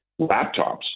laptops